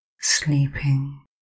sleeping